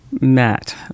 Matt